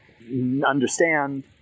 understand